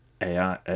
AI